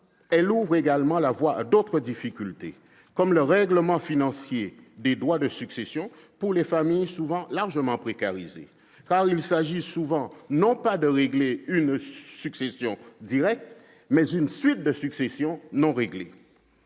loi ouvre également la voie à d'autres difficultés comme le règlement financier des droits de succession pour des familles souvent largement précarisées. Car il s'agit généralement non pas de régler une succession directe, mais de traiter une suite de successions non réglées.